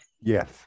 Yes